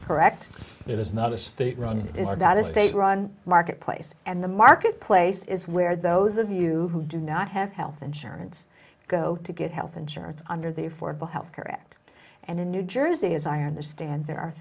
that a state run marketplace and the marketplace is where those of you who do not have health insurance go to get health insurance under the affordable health care act and in new jersey as i understand there are